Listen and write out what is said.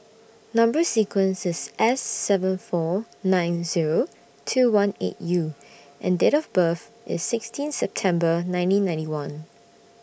Number sequence IS S seven four nine Zero two one eight U and Date of birth IS sixteen September nineteen ninety one